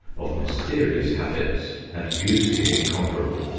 of mysterious habits, and beauty incomparable.